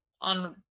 on